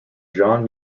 jean